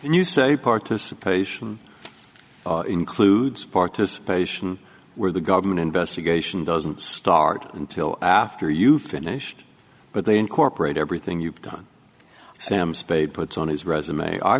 and you say participation includes participation where the government investigation doesn't start until after you finish but they incorporate everything you've done sam spade puts on his resume